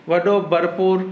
वॾो भरपूर